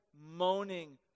moaning